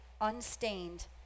unstained